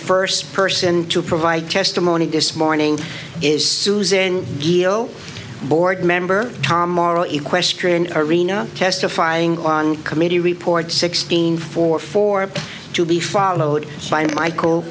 first person to provide testimony this morning in suzanne gill board member tom morrow equestrian arena testifying on committee report sixteen for four to be followed by michael